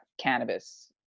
cannabis